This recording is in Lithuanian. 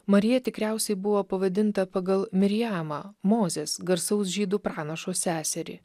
marija tikriausiai buvo pavadinta pagal mirijamą mozės garsaus žydų pranašo seserį